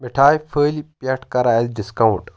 مِٹھایہِ پھٔلۍ پیٹھ کَر آسہِ ڈِسکاونٹ